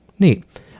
neat